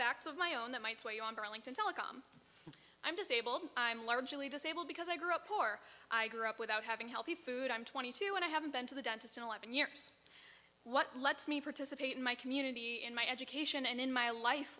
facts of my own that might sway you on burlington telecom i'm disabled i'm largely disabled because i grew up poor i grew up without having healthy food i'm twenty two and i haven't been to the dentist in eleven years what lets me participate in my community in my education and in my life